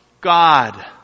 God